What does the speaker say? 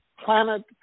planet